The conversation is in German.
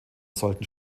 sollten